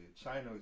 China